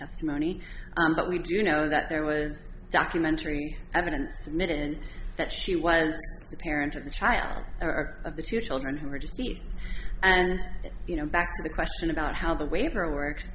testimony but we do know that there was documentary evidence submitted that she was the parent of the child or of the two children who were just released and you know back to the question about how the waiver works